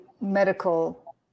medical